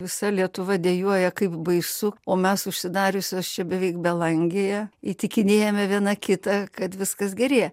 visa lietuva dejuoja kaip baisu o mes užsidariusios čia beveik belangėje įtikinėjame viena kitą kad viskas gerėja